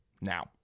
now